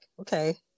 Okay